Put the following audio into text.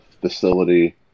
facility